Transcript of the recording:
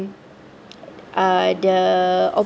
uh the